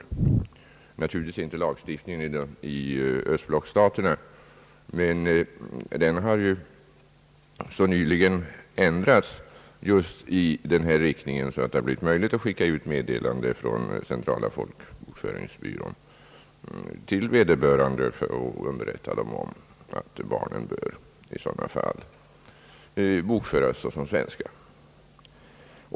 Ett undantag har naturligtvis varit lagstiftningen i östblocksstaterna, men den har ju så nyligen ändrats just i denna riktning, att det blivit möjligt att från centrala folkbokföringsbyrån skicka ut meddelande till vederbörande att barnen i sådana fall bör bokföras såsom svenska.